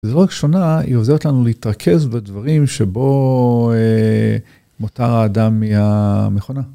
זה לא רק שונה, היא עוזרת לנו להתרכז בדברים שבו מותר האדם מהמכונה.